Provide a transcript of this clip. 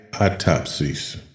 autopsies